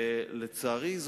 לצערי,